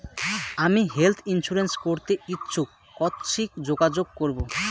আমি health insurance করতে ইচ্ছুক কথসি যোগাযোগ করবো?